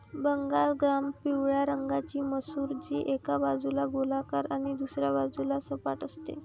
Bengal gram पिवळ्या रंगाची मसूर, जी एका बाजूला गोलाकार आणि दुसऱ्या बाजूला सपाट असते